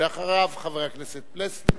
אחריה, חבר הכנסת פלסנר,